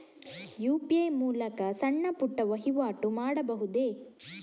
UPI ಮೂಲಕ ಸಣ್ಣ ಪುಟ್ಟ ವಹಿವಾಟು ಮಾಡಬಹುದೇ?